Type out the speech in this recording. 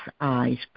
eyes